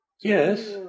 Yes